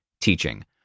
teaching